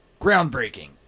groundbreaking